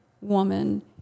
woman